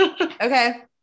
Okay